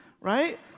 right